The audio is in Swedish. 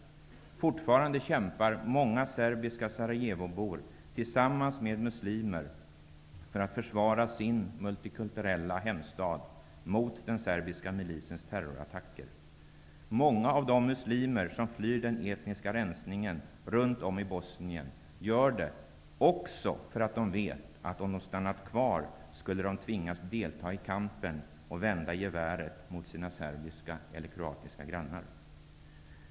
Fortfarande kämpar många serbiska Sarajevobor tillsammans med muslimer för att försvara sin multikulturella hemstad mot den serbiska milisens terrorattacker. Många av de muslimer som flyr den etniska rensningen runt om i Bosnien gör det också för att de vet att om de stannat kvar skulle de tvingas delta i kampen och vända geväret mot sina serbiska eller kroatiska grannar.